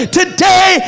today